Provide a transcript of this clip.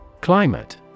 Climate